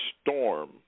storm